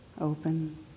open